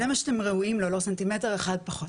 זה מה שאתם ראויים לו, לא סנטימטר אחד פחות".